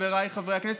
חבריי חברי הכנסת,